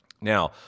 Now